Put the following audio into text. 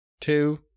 two